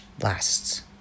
lasts